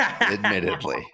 admittedly